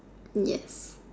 yes